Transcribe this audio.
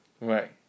Right